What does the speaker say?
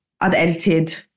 unedited